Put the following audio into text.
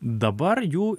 dabar jų